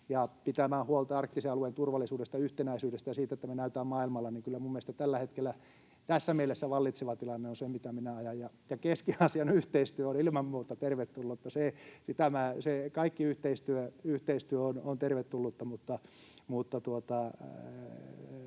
ja pitämään huolta arktisen alueen turvallisuudesta ja yhtenäisyydestä ja siitä, että me näymme maailmalla. Kyllä minun mielestäni tällä hetkellä tässä mielessä vallitseva tilanne on se, mitä minä ajan. Keski-Aasian yhteistyö on ilman muuta tervetullutta, kaikki yhteistyö on tervetullutta, mutta